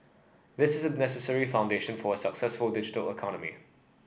this is the necessary foundation for a successful digital economy